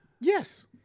Yes